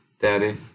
daddy